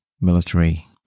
military